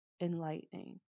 enlightening